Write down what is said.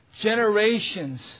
Generations